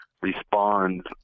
responds